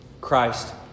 Christ